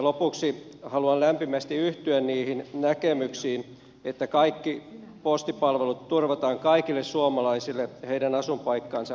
lopuksi haluan lämpimästi yhtyä niihin näkemyksiin että kaikki postipalvelut turvataan kaikille suomalaisille heidän asuinpaikkaansa katsomatta